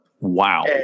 Wow